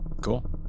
Cool